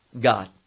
God